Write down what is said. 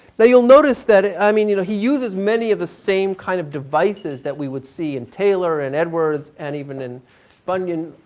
now you'll notice that i mean, you know he uses many of the same kind of devices that we would see in taylor and edwards, and even in bunyan.